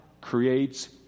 creates